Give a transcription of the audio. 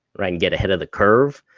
or i can get ahead of the curve.